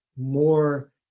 more